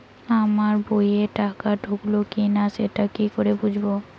আমার বইয়ে টাকা ঢুকলো কি না সেটা কি করে বুঝবো?